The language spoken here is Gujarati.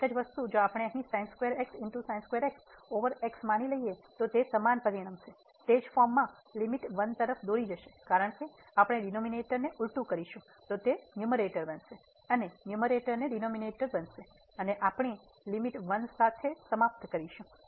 એક જ વસ્તુ જો આપણે અહીં ઓવર x માનીએ તો તે સમાન પરિણમશે તે જ ફોર્મમાં અને લીમીટ 1 તરફ દોરી જશે કારણ કે આપણે ડિનોમિનેટર ને ઉલટું કરશું તો તે ન્યૂમેરેટર બનશે અને ન્યૂમેરેટર એ ડિનોમિનેટર બનશે અને આપણે લીમીટ 1 સાથે સમાપ્ત કરીશું